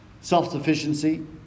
self-sufficiency